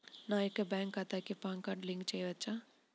నా యొక్క బ్యాంక్ ఖాతాకి పాన్ కార్డ్ లింక్ చేయవచ్చా?